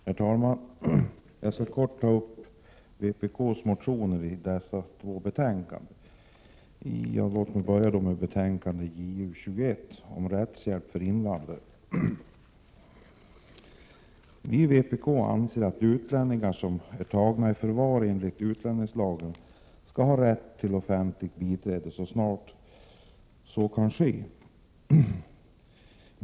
Herr talman! Jag skall kort ta upp de vpk-motioner som behandlas i dessa två betänkanden. Jag vill börja med betänkande Ju21, om bl.a. rättshjälp för invandrare. Vi i vpk anser att utlänningar som är tagna i förvar enligt utlänningslagen skall ha rätt till offentligt biträde så snart så kan ske.